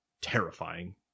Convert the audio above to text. terrifying